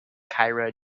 cairo